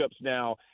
now